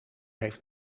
heeft